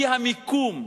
כי המיקום,